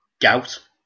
Gout